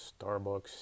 Starbucks